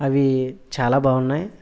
అవి చాలా బాగున్నాయి